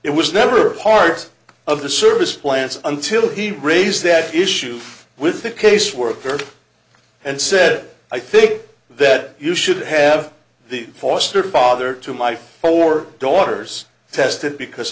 it was never part of the service plans until he raised that issue with the caseworker and said i think that you should have the foster father to my four daughters tested because